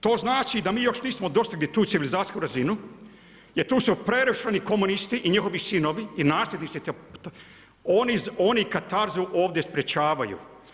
To znači da mi još nismo dostigli tu civilizacijsku razinu, jer tu su … komunisti i njihovi sinovi i nasljednici, oni katarzu ovdje sprječavaju.